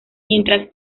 mientras